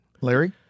Larry